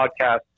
podcast